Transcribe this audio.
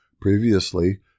Previously